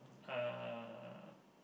uh